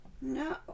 no